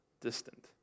distant